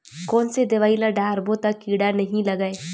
कोन से दवाई ल डारबो त कीड़ा नहीं लगय?